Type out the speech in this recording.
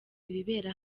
bibera